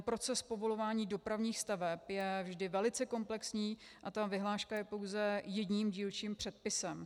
Proces povolování dopravních staveb je vždy velice komplexní a ta vyhláška je pouze jedním dílčím předpisem.